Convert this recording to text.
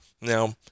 now